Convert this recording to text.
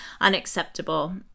unacceptable